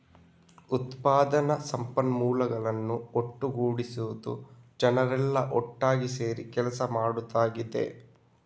ಉತ್ಪಾದನಾ ಸಂಪನ್ಮೂಲಗಳನ್ನ ಒಟ್ಟುಗೂಡಿಸುದು ಜನರೆಲ್ಲಾ ಒಟ್ಟಾಗಿ ಸೇರಿ ಕೆಲಸ ಮಾಡುದಾಗಿದೆ